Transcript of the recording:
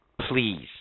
please